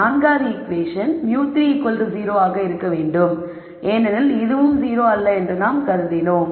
நான்காவது ஈகுவேஷன் μ3 0 ஆக இருக்க வேண்டும் ஏனெனில் இதுவும் 0 அல்ல என்று நாம் கருதினோம்